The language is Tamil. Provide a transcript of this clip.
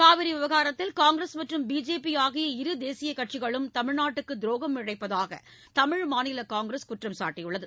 காவிரி விவகாரத்தில் காங்கிரஸ் மற்றும் பிஜேபி ஆகிய இரு தேசியக் கட்சிகளும் தமிழ்நாட்டுக்கு துரோகம் இழைப்பதாக தமிழ் மாநில காங்கிரஸ் குற்றம் சாட்டியுள்ளது